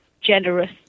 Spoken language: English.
generous